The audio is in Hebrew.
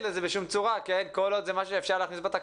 אפשר לרשום שכל מנהל בית ספר צריך לייצר מצב שיהיו כמה אנשים שיקבלו